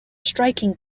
striking